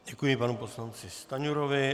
Děkuji panu poslanci Stanjurovi.